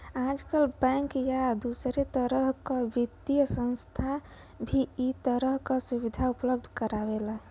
आजकल बैंक या दूसरे तरह क वित्तीय संस्थान भी इ तरह क सुविधा उपलब्ध करावेलन